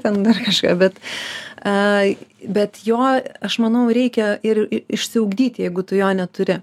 ten dar kažką bet ai bet jo aš manau reikia ir išsiugdyti jeigu tu jo neturi